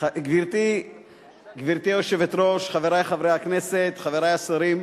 גברתי היושבת-ראש, חברי חברי הכנסת, חברי השרים,